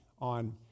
on